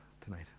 tonight